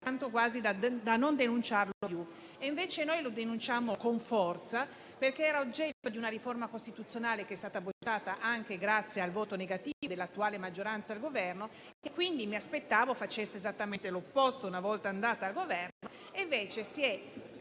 tanto quasi da non denunciarlo più. Invece noi lo denunciamo con forza, perché era oggetto di una riforma costituzionale che è stata bocciata, anche grazie al voto contrario dell'attuale maggioranza al governo, che quindi mi aspettavo facesse esattamente l'opposto una volta andata al governo.